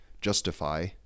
justify